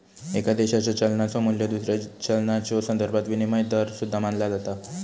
एका देशाच्यो चलनाचो मू्ल्य दुसऱ्या चलनाच्यो संदर्भात विनिमय दर सुद्धा मानला जाता